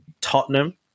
Tottenham